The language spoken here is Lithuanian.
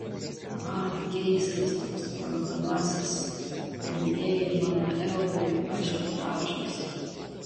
man keistas toks parodomasis pirmieji mano eurai ažiotažas